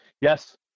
Yes